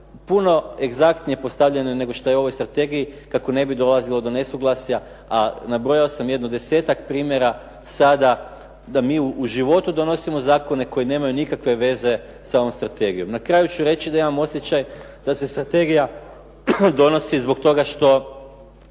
puno egzaktnije postavljene nego šta je u ovoj strategiji kako ne bi dolazilo do nesuglasja, a nabrojao sam jedno 10-tak primjera sada da mi u životu donosimo zakone koji nemaju nikakve veze sa ovom strategijom. Na kraju ću reći da imam osjećaj da se strategija donosi zbog toga što